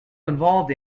involved